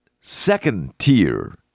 second-tier